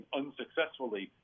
unsuccessfully